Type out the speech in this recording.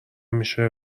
میشه